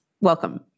welcome